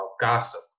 gossip